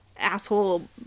Asshole